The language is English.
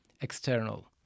external